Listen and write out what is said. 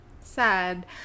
Sad